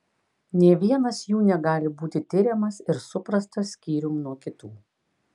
nė vienas jų negali būti tiriamas ir suprastas skyrium nuo kitų